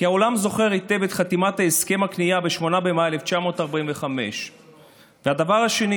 כי העולם זוכר היטב את חתימת הסכם הכניעה ב-8 במאי 1945. הדבר השני,